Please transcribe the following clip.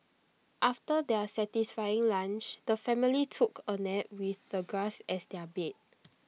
after their satisfying lunch the family took A nap with the grass as their bed